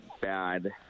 bad